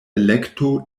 elekto